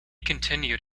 continued